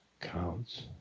counts